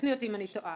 תקני אותי אם אני טועה.